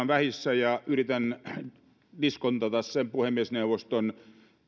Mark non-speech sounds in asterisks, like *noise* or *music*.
*unintelligible* vähissä ja yritän diskontata sen puhemiesneuvoston